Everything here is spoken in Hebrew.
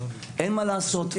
אין מה לעשות,